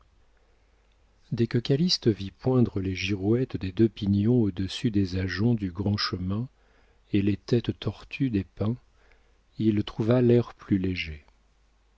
dès que calyste vit poindre les girouettes des deux pignons au-dessus des ajoncs du grand chemin et les têtes tortues des pins il trouva l'air plus léger